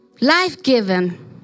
life-given